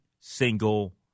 single